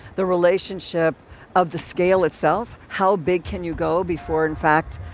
the relationship of the scale itself. how big can you go before, in fact,